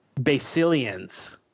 Basilians